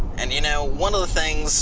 and you know one of the things